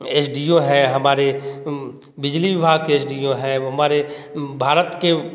S D O है हमारे बिजली विभाग के एस डी ओ है वो हमारे भारत के